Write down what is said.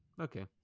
okay